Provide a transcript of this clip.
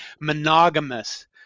monogamous